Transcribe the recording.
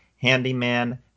Handyman